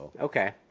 Okay